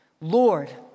Lord